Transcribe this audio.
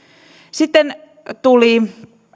sitten tuli